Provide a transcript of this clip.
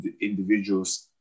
individuals